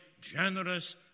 generous